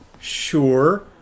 sure